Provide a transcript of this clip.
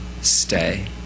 stay